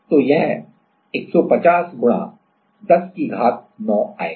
तो यह 150 10 9 आएगा